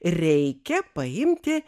reikia paimti